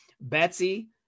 Betsy